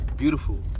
beautiful